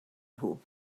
nhw